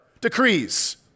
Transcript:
decrees